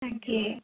তাকে